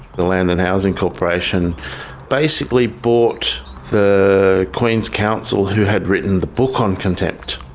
the land and housing corporation basically brought the queen's counsel who had written the book on contempt,